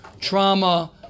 trauma